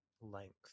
length